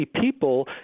people